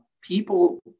people